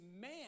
man